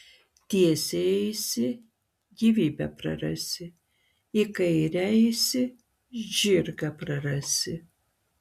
tiesiai eisi gyvybę prarasi į kairę eisi žirgą prarasi